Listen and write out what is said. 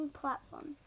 platform